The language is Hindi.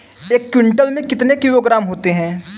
एक क्विंटल में कितने किलोग्राम होते हैं?